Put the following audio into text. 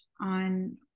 on